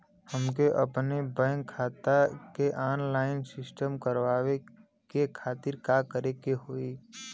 हमके अपने बैंक खाता के ऑनलाइन सिस्टम करवावे के खातिर का करे के होई?